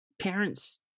parents